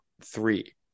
three